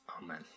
Amen